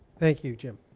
thank you jim.